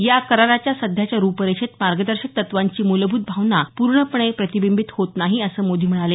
या कराराच्या सध्याच्या रुपरेषेत मार्गदर्शक तत्वांची मुलभूत भावना पूर्णपणे प्रतिबिंबीत होत नाही असं मोदी म्हणाले